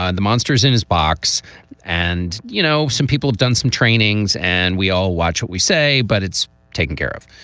ah and the monsters in his box and, you know, some people have done some trainings and we all watch what we say, but it's taken care of.